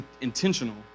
intentional